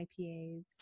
ipas